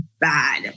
bad